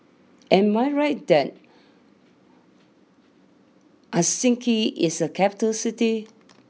am I right that Helsinki is a capital City